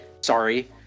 Sorry